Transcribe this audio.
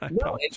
No